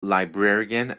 librarian